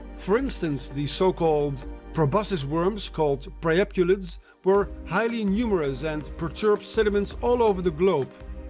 for instance, the so-called proboscis worms called priapulids were highly numerous and perturbed sediments all over the globe,